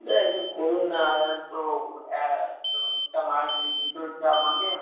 দাদা একটু কমান না এত এতটা মাছ নি নিতে হচ্ছে আমাকে